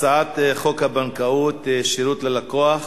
הצעת חוק הבנקאות (שירות ללקוח)